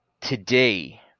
today